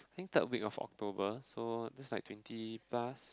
I think third week of October so that's like twenty plus